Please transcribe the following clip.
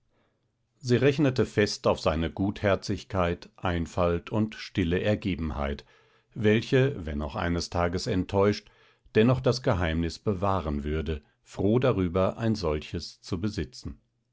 sie rechnete fest auf seine gutherzigkeit einfalt und stille ergebenheit welche wenn auch eines tages enttäuscht dennoch das geheimnis bewahren würde froh darüber ein solches zu besitzen